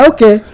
Okay